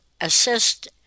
assist